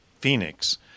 Phoenix